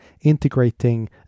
integrating